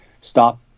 stop